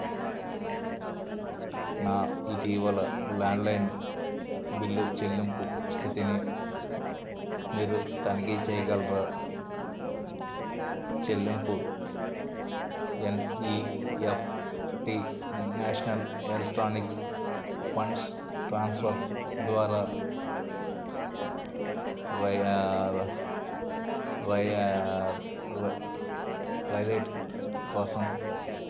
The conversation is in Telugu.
నా ఇటీవల ల్యాండ్లైన్ బిల్లు చెల్లింపు స్థితిని మీరు తనిఖీ చేయగలరా చెల్లింపు N E F T national electronic funds transfer ద్వారా రయార్ ర రైరేట్ కోసం